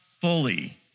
fully